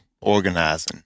organizing